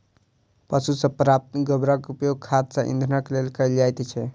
पशु सॅ प्राप्त गोबरक उपयोग खाद आ इंधनक लेल कयल जाइत छै